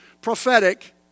prophetic